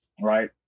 right